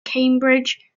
cambridge